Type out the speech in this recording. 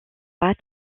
pas